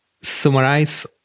summarize